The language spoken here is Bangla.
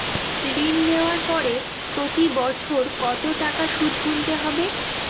ঋণ নেওয়ার পরে প্রতি বছর কত টাকা সুদ গুনতে হবে?